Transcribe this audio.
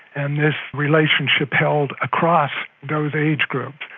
and this relationship held across those age groups.